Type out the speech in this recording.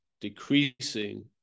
decreasing